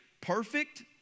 perfect